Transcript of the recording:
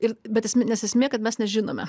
ir bet esminės esmė kad mes nežinome